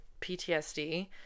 ptsd